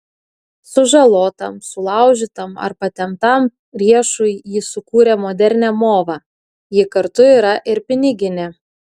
sužalotam sulaužytam ar patemptam riešui ji sukūrė modernią movą ji kartu yra ir piniginė